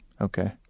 Okay